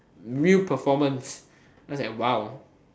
real performance I was like !wow!